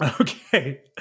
Okay